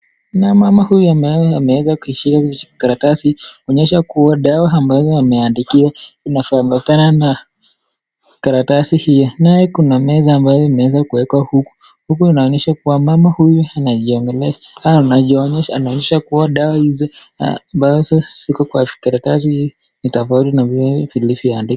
Na mama huyu ambaye ameweza kushika hivi karatasi anaonyesha kuwa dawa ambayo ameandikiwa inafanana na karatasi hii. Naye kuna meza ambayo imeweza kuwekwa huku. Huku inaonyesha kuwa mama huyu anajionyesha anajionyesha anaonyesha kuwa dawa hizi ambazo ziko kwa karatasi ni tofauti na vile vilevyoandikwa.